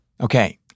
Okay